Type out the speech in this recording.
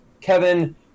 Kevin